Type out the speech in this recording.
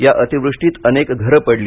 या अतिवृष्टीत अनेक घरं पडली